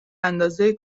اندازه